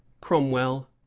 Cromwell